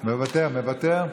מוותר,